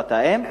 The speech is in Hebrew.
שפת האם,